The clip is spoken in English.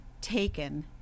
taken